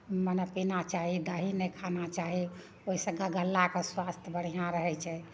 मने पिना चाही दही नहि खाना चाही ओहिसँ गलाके स्वास्थ बढ़िआँ रहैत छै